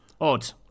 Odd